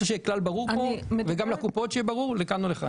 צריך שיהיה כאן כלל ברור וגם שיהיה ברור לקופות לכאן או לכאן.